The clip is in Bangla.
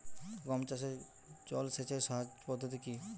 গম চাষে জল সেচের সহজ পদ্ধতি কি?